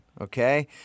okay